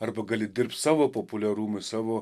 arba gali dirbt savo populiarumui savo